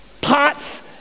Pots